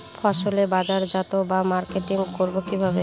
ফসলের বাজারজাত বা মার্কেটিং করব কিভাবে?